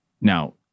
Now